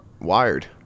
wired